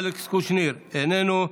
אלכס קושניר, איננו.